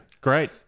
Great